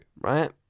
right